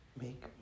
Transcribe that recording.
make